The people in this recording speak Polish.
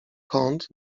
kąt